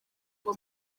ngo